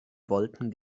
wollten